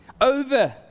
over